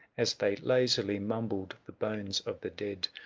as they lazily mumbled the bones of the dead,